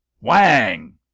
wang